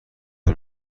طول